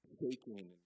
shaking